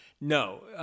no